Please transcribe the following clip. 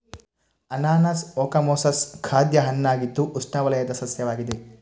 ಅನಾನಸ್ ಓಕಮೊಸಸ್ ಖಾದ್ಯ ಹಣ್ಣಾಗಿದ್ದು ಉಷ್ಣವಲಯದ ಸಸ್ಯವಾಗಿದೆ